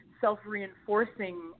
self-reinforcing